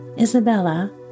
Isabella